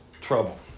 trouble